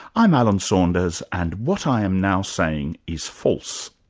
i'm alan saunders, and what i am now saying is false.